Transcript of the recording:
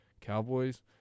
Cowboys